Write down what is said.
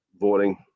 voting